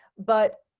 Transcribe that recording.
but,